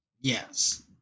yes